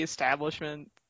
establishment